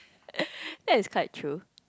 that is quite true